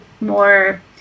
more